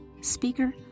Speaker